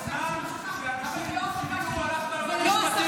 -- ותתקנו מבפנים.